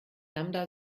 lambda